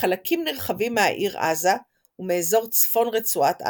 חלקים נרחבים מהעיר עזה ומאזור צפון רצועת עזה,